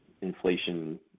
inflation